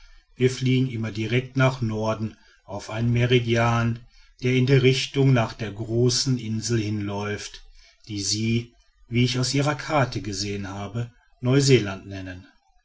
wir fliegen immer direkt nach norden auf einem meridian der in der richtung nach der großen insel hinläuft die sie wie ich aus ihrer karte gesehen habe neuseeland nennen